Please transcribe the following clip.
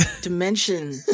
dimension